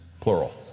plural